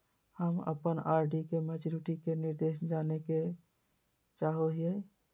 हम अप्पन आर.डी के मैचुरीटी के निर्देश जाने के चाहो हिअइ